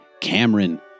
Cameron